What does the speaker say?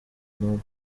n’abari